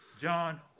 John